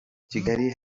kigali